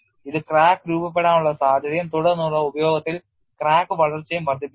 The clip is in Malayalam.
ഇത് ക്രാക്ക് രൂപപ്പെടാനുള്ള സാധ്യതയും തുടർന്നുള്ള ഉപയോഗത്തിൽ ക്രാക്ക് വളർച്ചയും വർദ്ധിപ്പിച്ചു